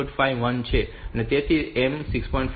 5 આ 1 છે તેથી આ M 6